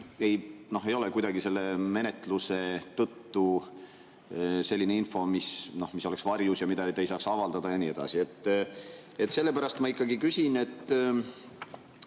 ei ole kuidagi selle menetluse tõttu selline info, mis oleks varjus ja mida ei saaks avaldada ja nii edasi. Sellepärast ma ikkagi küsin.